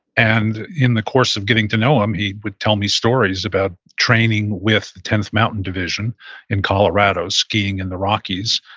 and in the course of getting to know him, he would tell me stories about training with the tenth mountain division in colorado, skiing in the rockies,